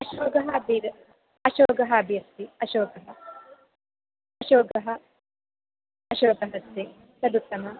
अशोकः अपि अशोकः अपि अस्ति अशोकः अशोकः अशोकमस्ति तदुत्तमम्